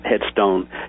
headstone